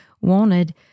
wanted